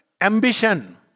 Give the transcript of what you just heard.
ambition